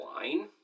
line